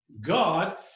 God